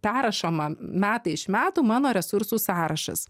perrašoma metai iš metų mano resursų sąrašas